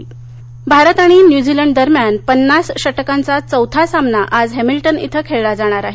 cricket Bharat आणि New Zealand दरम्यान पन्नास षटकांचा चौथा सामना आज हमिल्टन इथं खेळला जाणार आहे